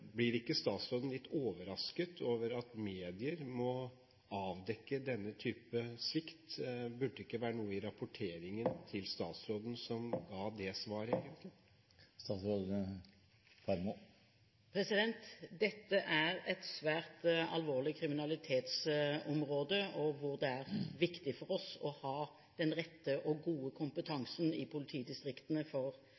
Blir ikke statsråden litt overrasket over at medier må avdekke denne type svikt? Burde det ikke være noe i rapporteringen til statsråden som ga det svaret, egentlig? Dette er et svært alvorlig kriminalitetsområde, og det er viktig for oss å ha den rette og gode